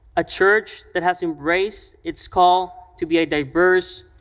a church that has embraced its call to be a diverse,